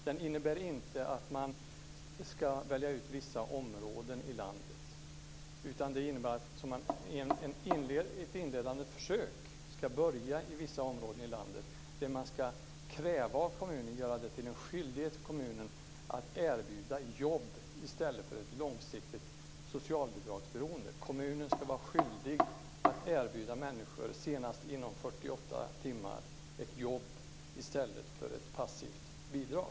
Det innebär inte att vissa områden i landet ska väljas ut. Det innebär att ett inledande försök ska påbörjas i vissa områden i landet där det ska bli en skyldighet för kommunen att erbjuda jobb i stället för ett långsiktigt socialbidragsberoende. Kommunen ska vara skyldig att senast inom 48 timmar erbjuda ett jobb i stället för ett passivt bidrag.